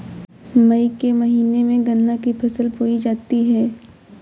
मई के महीने में गन्ना की फसल बोई जाती है